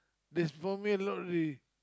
there's four meal only